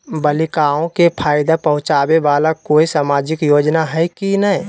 बालिकाओं के फ़ायदा पहुँचाबे वाला कोई सामाजिक योजना हइ की नय?